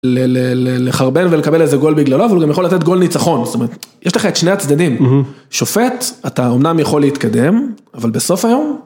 לחרבן ולקבל איזה גול בגללו, אבל הוא גם יכול לתת גול ניצחון, זאת אומרת, יש לך את שני הצדדים. שופט, אתה אמנם יכול להתקדם, אבל בסוף היום...